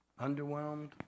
Underwhelmed